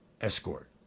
escort